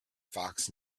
fox